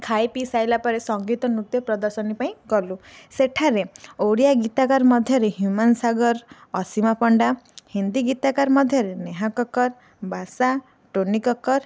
ଖାଇ ପିଇ ସାରିଲା ପରେ ସଙ୍ଗୀତ ନୃତ୍ୟ ପ୍ରଦର୍ଶନୀ ପାଇଁ ଗଲୁ ସେଠାରେ ଓଡ଼ିଆ ଗୀତକାର ମଧ୍ୟରେ ହ୍ୟୁମାନ ସାଗର ଅସୀମା ପଣ୍ଡା ହିନ୍ଦୀ ଗୀତକାର ମଧ୍ୟରେ ନେହା କକ୍କର ବାଦଶାହ ଟୋନି କକ୍ଡର